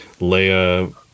Leia